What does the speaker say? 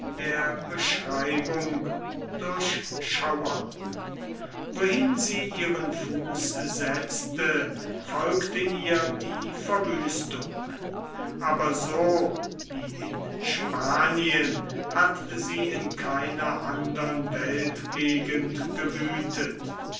der beschreibung durchschauern wohin sie ihren fuß setzte folgte ihr die verwüstung aber so wie in spanien hat sie in keiner andern weltgegend gewüthet